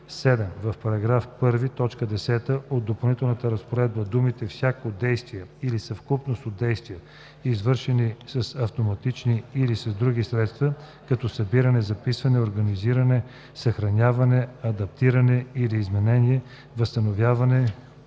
В § 1, т. 10 от допълнителната разпоредба думите „всяко действие или съвкупност от действия, извършени с автоматични или с други средства, като събиране, записване, организиране, съхраняване, адаптиране или изменение, възстановяване,